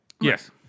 yes